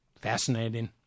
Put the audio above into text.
Fascinating